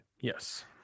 Yes